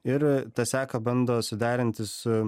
ir tą seką bando suderinti su